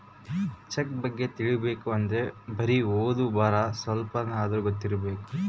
check ಬಗ್ಗೆ ತಿಲಿಬೇಕ್ ಅಂದ್ರೆ ಬರಿ ಓದು ಬರಹ ಸ್ವಲ್ಪಾದ್ರೂ ಗೊತ್ತಿರಬೇಕು